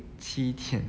七点